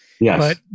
Yes